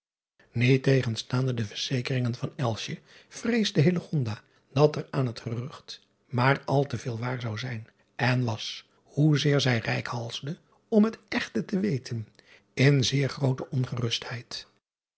iettegenstaande de verzekeringen van vreesde dat er aan het gerucht maar al te veel waar zou zijn en was hoezeer zij reikhalsde om het echte te weten in